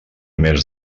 més